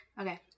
Okay